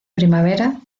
primavera